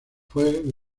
fue